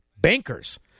Bankers